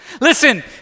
Listen